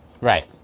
right